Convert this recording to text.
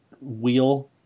wheel